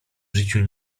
życiu